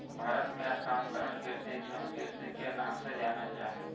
भारत मे स्थानांतरण कृषि, झूम कृषि के नाम से जानल जा हय